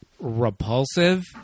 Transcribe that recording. repulsive